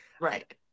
right